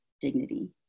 dignity